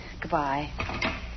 Goodbye